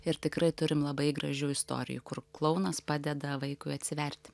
ir tikrai turim labai gražių istorijų kur klounas padeda vaikui atsiverti